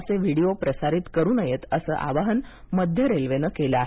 असे व्हिडिओ प्रसारित करू नये असं आवाहन मध्य रेल्वेनं केलं आहे